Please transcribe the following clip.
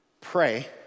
Pray